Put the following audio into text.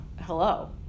hello